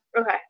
okay